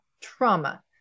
trauma